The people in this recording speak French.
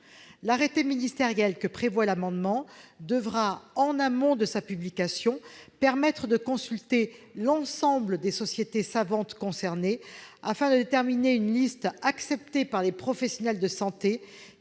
L'arrêté ministériel prévu par l'amendement devra, en amont de sa publication, permettre de consulter l'ensemble des sociétés savantes concernées afin de déterminer une liste acceptée par les professionnels de santé